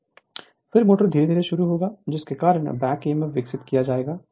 फिर मोटर धीरे धीरे शुरू होगा जिसके कारण बैक ईएमएफ विकसित किया जाएगा